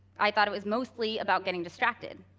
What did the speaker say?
i thought it was mostly about getting distracted.